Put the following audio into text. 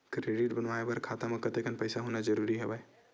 Credit बनवाय बर खाता म कतेकन पईसा होना जरूरी हवय?